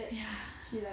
ya